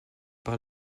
par